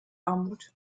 armut